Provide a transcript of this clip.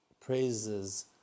praises